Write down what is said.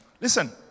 Listen